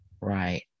Right